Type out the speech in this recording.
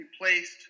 placed